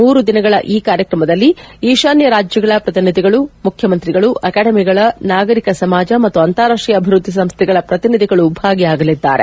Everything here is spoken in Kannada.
ಮೂರುದಿನಗಳ ಈ ಕಾರ್ಯಕ್ರಮದಲ್ಲಿ ಈಶಾನ್ತರಾಜ್ಯಗಳ ಪ್ರತಿನಿಧಿಗಳು ಮುಖ್ಯಮಂತ್ರಿಗಳು ಅಕಾಡೆಮಿಗಳ ನಾಗರಿಕ ಸಮಾಜ ಮತ್ತು ಅಂತಾರಾಷ್ಟೀಯ ಅಭಿವೃದ್ಧಿ ಸಂಸ್ಥೆಗಳ ಪ್ರತಿನಿಧಿಗಳು ಭಾಗಿಯಾಗಲಿದ್ದಾರೆ